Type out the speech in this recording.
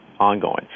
ongoing